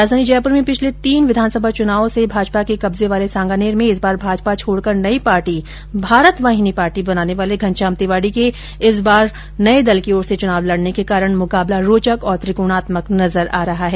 राजधानी जयपुर में पिछले तीन विधानसभा चुनाव से भाजपा के कब्जे वाले सांगानेर में इस बार भाजपा छोड़कर नई पार्टी भारत वाहिनी पार्टी बनाने वाले घनश्याम तिवाड़ी के इस बार नये दल की ओर से चुनाव लड़ने के कारण मुकाबला रोचक और त्रिकोणात्मक नजर आ रहा हैं